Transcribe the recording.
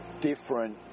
different